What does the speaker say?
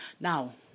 Now